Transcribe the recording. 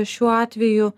šiuo atveju